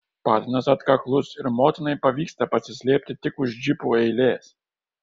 patinas atkaklus ir motinai pavyksta pasislėpti tik už džipų eilės